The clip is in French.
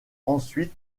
ensuite